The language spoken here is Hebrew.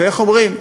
ואיך אומרים?